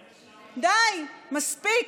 די, מספיק.